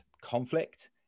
conflict